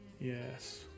Yes